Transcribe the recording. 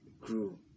grew